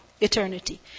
eternity